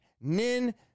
Nin